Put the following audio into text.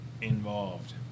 involved